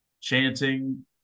chanting